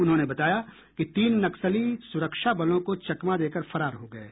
उन्होंने बताया कि तीन नक्सली सुरक्षा बलों को चकमा देकर फरार हो गये